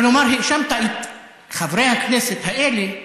כלומר, האשמת את חברי הכנסת האלה באנטישמיות,